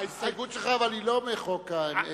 אבל ההסתייגות שלך היא לא על חוק מינהל מקרקעי ישראל.